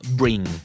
bring